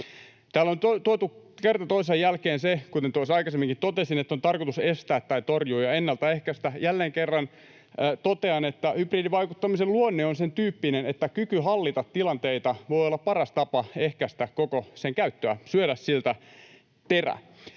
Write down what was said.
Täällä on tuotu kerta toisensa jälkeen se, kuten tuossa aikaisemminkin totesin, että on tarkoitus estää tai torjua ja ennaltaehkäistä. Jälleen kerran totean, että hybridivaikuttamisen luonne on sen tyyppinen, että kyky hallita tilanteita voi olla paras tapa ehkäistä koko sen käyttöä, syödä siltä terä.